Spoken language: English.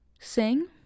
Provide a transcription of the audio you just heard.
sing